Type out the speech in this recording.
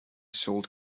sold